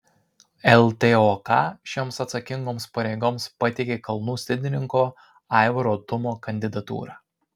ltok šioms atsakingoms pareigoms pateikė kalnų slidininko aivaro tumo kandidatūrą